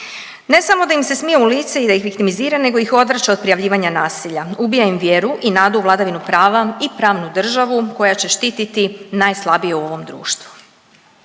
Ne samo da im se smije u lice i da ih viktimizira nego ih odvraća od prijavljivanja nasilja, ubija im vjeru i nadu u vladavinu prava i pravnu državu koja će štiti najslabije u ovom društvu.